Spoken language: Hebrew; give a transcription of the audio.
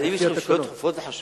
אבל אם יש לכם שאלות דחופות וחשובות,